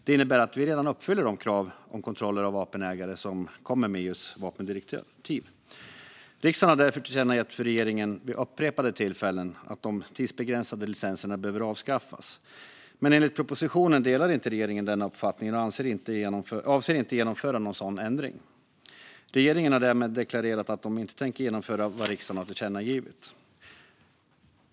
Det innebär att vi redan uppfyller de krav på kontroller av vapenägare som kommer med EU:s vapendirektiv. Riksdagen har därför tillkännagett för regeringen vid upprepade tillfällen att de tidsbegränsade licenserna behöver avskaffas. Men enligt propositionen delar inte regeringen den uppfattningen och avser inte att genomföra någon sådan ändring. Regeringen har därmed deklarerat att de inte tänker genomföra vad riksdagen har tillkännagivit. Fru talman!